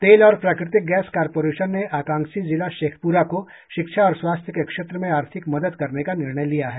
तेल और प्राकृतिक गैस कारपोरशन ने आकांक्षी जिला शेखपुरा को शिक्षा और स्वास्थ्य के क्षेत्र में आर्थिक मदद करने का निर्णय लिया है